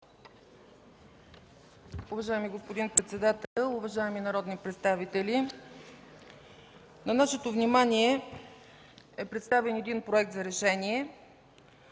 Уважаеми господин председател, уважаеми народни представители! На нашето внимание е представен проект за решение,